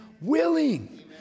willing